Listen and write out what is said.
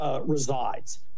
resides